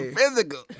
Physical